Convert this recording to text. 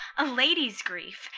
a lady's grief,